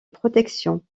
protection